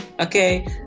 Okay